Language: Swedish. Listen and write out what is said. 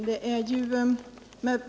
Herr talman!